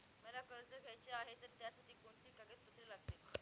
मला कर्ज घ्यायचे आहे तर त्यासाठी कोणती कागदपत्रे लागतील?